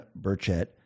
Burchett